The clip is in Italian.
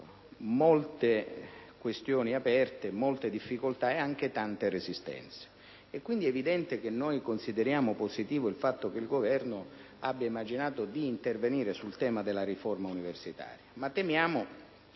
ci siano molte questioni aperte, molte difficoltà e anche tante resistenze. È quindi evidente che consideriamo positivo il fatto che il Governo abbia immaginato di intervenire sul tema della riforma universitaria,